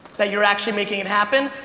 that you're actually making it happen.